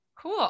Cool